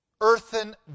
earthen